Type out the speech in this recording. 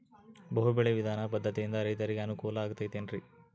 ಬಹು ಬೆಳೆ ವಿಧಾನ ಪದ್ಧತಿಯಿಂದ ರೈತರಿಗೆ ಅನುಕೂಲ ಆಗತೈತೇನ್ರಿ?